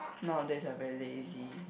nowadays I very lazy